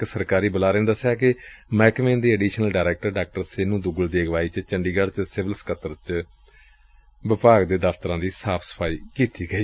ਇਕ ਸਰਕਾਰੀ ਬੁਲਾਰੇ ਨੇ ਦਸਿਆ ਕਿ ਮਹਿਕਮੇ ਦੀ ਅਡੀਸ਼ਨਲ ਡਾਇਰੈਕਟਰ ਡਾ ਸੇਨੂੰ ਦੁੱਗਲ ਦੀ ਅਗਵਾਈ ਚ ਚੰਡੀਗੜ੍ਪ ਚ ਸਿਵਲ ਸਕਤਰੇਤ ਵਿਖੇ ਵਿਭਾਗ ਦੇ ਦਫ਼ਤਰਾਂ ਦੀ ਸਾਫ਼ ਸਫਾਈ ਕੀਤੀ ਗਈ